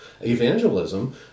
evangelism